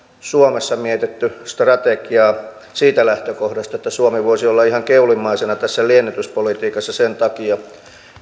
suomessa mietitty strategiaa siitä lähtökohdasta että suomi voisi olla ihan keulimmaisena tässä liennytyspolitiikassa sen takia